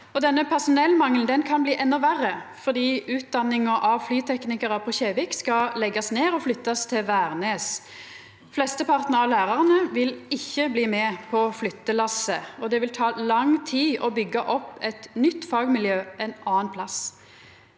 Denne personellmangelen kan bli endå verre, fordi utdanninga av flyteknikarar på Kjevik skal leggjast ned og flyttast til Værnes. Flesteparten av lærarane vil ikkje bli med på flyttelasset, og det vil ta lang tid å byggja opp eit nytt fagmiljø ein annan plass.